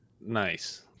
nice